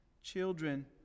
children